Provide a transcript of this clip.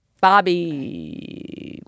Bobby